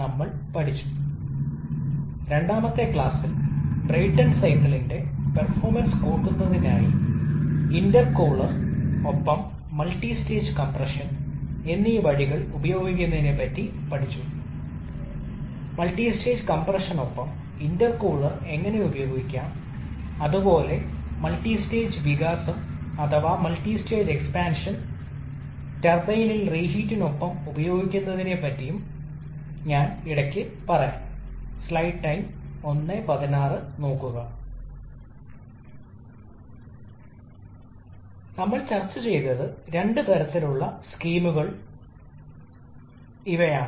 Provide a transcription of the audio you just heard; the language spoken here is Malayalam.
നമ്മൾ സംസാരിച്ച മറ്റ് എയർ സ്റ്റാൻഡേർഡ് സൈക്കിളുകളുമായി സാമ്യമുള്ളതായി നമ്മൾ എവിടെയാണ് കണ്ടത് ഓട്ടോ അല്ലെങ്കിൽ ഡീസൽ സൈക്കിൾ പോലെ ഇവിടെ നിങ്ങൾക്ക് നാല് പ്രക്രിയകളുണ്ട് അവയിൽ രണ്ടെണ്ണം ഐസന്റ്രോപിക് ആണ്പ്രക്രിയ ഒരു ഐസന്റ്രോപിക് കംപ്രഷനും മറ്റൊരു ഐസന്റ്രോപിക് വിപുലീകരണ പ്രക്രിയയും